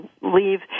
leave